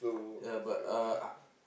ya but uh uh